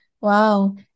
Wow